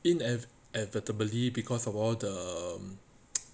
inadvertibly because of all the um